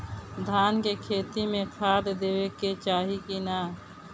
धान के खेती मे खाद देवे के चाही कि ना?